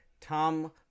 Tom